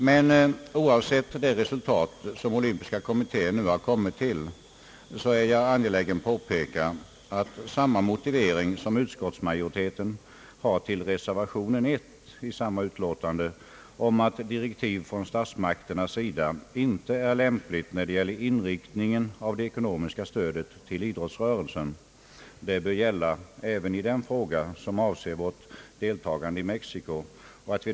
Men oavsett det resultat som olympiska kommittén nu har kommit till är jag angelägen påpeka att samma motivering, som utskottsmajoriteten har i den fråga som upptas i reservation 1 a, nämligen att direktiv från statsmakternas sida inte är lämpligt när det gäller inriktningen av det ekonomiska stödet till idrottsrörelsen, bör gälla även i fråga om vårt deltagande i Mexico.